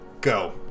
Go